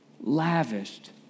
lavished